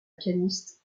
pianiste